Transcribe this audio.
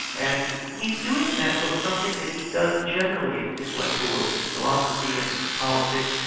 and he's doing in that book something that he does generally in his intellectual work in philosophy and in politics,